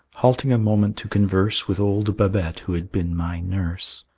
halting a moment to converse with old babette who had been my nurse,